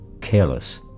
careless